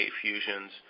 fusions